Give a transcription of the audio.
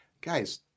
guys